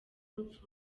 rupfu